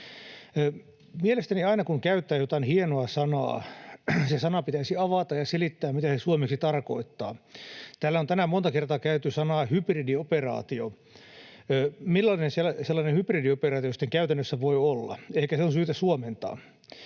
Mielestäni aina, kun käyttää jotain hienoa sanaa, se sana pitäisi avata ja selittää, mitä se suomeksi tarkoittaa. Täällä on tänään monta kertaa käytetty sanaa ”hybridioperaatio”. Millainen sellainen hybridioperaatio sitten käytännössä voi olla? Ehkä se on syytä suomentaa.